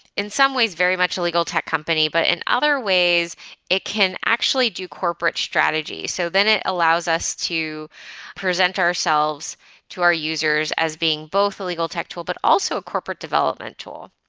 in some ways, very much a legal tech company, but in other ways it can actually do corporate strategy, so then it allows us to present ourselves to our users as being both a legal tech tool but also corporate development tool,